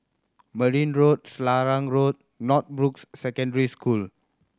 Marne Road Selarang Road Northbrooks Secondary School